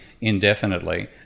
indefinitely